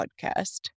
podcast